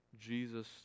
Jesus